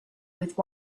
with